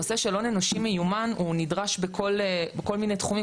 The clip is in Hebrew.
הנושא של הון אנושי מיומן הוא נדרש בכל מיני תחומים,